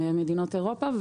ממדינות אירופה,